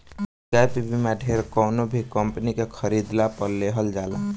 gap बीमा ढेर कवनो भी कंपनी के खरीदला पअ लेहल जाला